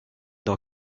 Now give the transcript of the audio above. dans